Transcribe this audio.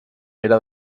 pere